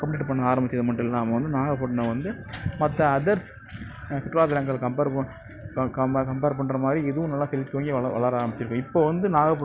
இப்போ ஸ்கூல்ஸ் வந்து நம்மளால திறம்பட மேம்படுத்த முடியல கவர்மெண்ட்டோட ஃபண்ட்ஸ் மட்டும் இல்லாமல் வந்து நிறைய தனி தனியார் நிறுவனங்கள் வந்து நான் வந்து ஃபண்டும் வாங்கிட்டிருக்கேன்